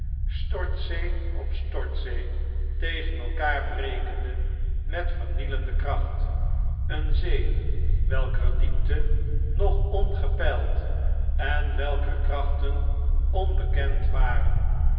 stortzee op stortzee tegen elkaar brekende met vernielende kracht eene zee welker diepte nog ongepeild en welker krachten onbekend waren